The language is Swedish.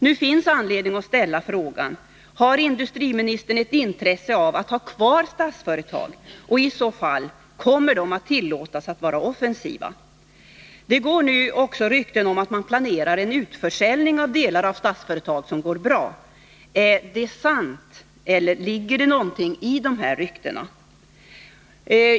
Nu finns anledning att ställa frågan: Har industriministern ett intresse av att ha kvar Statsföretag, och kommer det i så fall att tillåtas att vara offensivt? Nu går rykten om att man planerar en utförsäljning av delar av Statsföretag som går bra. Är detta sant? Ligger det någonting i dessa rykten?